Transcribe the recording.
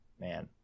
Man